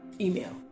email